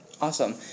Awesome